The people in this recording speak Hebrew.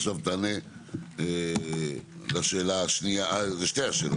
עכשיו, תענה לשאלה השנייה, לשתי השאלות.